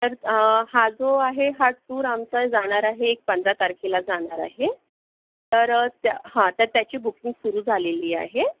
तर हा जो आहे हा टूर आमचा जाणार आहे एक पंधरा तारखेला जाणार आहे तर त्या हं तर त्याची बुकिंग सुरू झालेली आहे